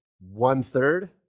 one-third